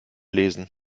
lesen